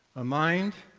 a mind,